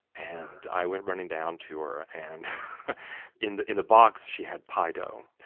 and i went running down to her, and in the in the box she had pie dough.